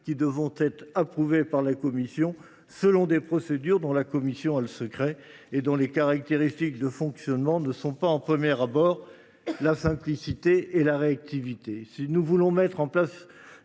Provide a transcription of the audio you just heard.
qui devront être approuvés par la Commission, selon des procédures dont la Commission a le secret et dont les principales caractéristiques de fonctionnement ne sont ni la simplicité ni la réactivité. Si nous voulons mettre en place